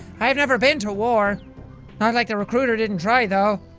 i've never been to war. not like the recruiter didn't try, though.